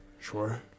Sure